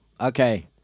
Okay